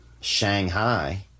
Shanghai